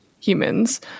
humans